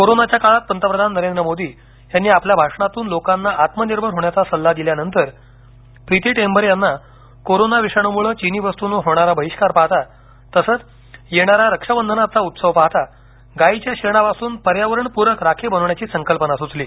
कोरोनाच्या काळात पंतप्रधान नरेंद्र मोदी यांनी आपल्या भाषणातून लोकांना आत्मनिर्भर होण्याचा सल्ला दिल्यानंतर प्रीती टेमभरें यांना कोरोना विषाणूम्ळे चिनी वस्तूंवर होणारा बहिष्कार पाहता तसेच येणारा रक्षाबंधनाचा उत्सव पाहता गाईच्या शेणापासून पर्यावरणपूरक राखी बनविण्याची संकल्पना सूचली